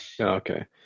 Okay